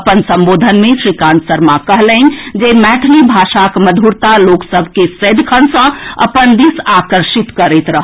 अपन संबोधन मे श्रीकान्त शर्मा कहलनि जे मैथिली भाषाक मधुरता लोक सभ के सदिखन सँ अपन दिस आकर्षित करैत रहल